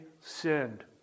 sinned